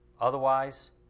Otherwise